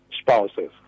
spouses